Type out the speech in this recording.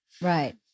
Right